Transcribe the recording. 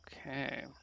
Okay